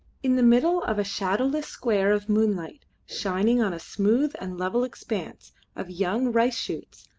in the middle of a shadowless square of moonlight, shining on a smooth and level expanse of young rice-shoots,